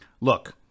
Look